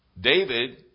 David